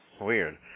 Weird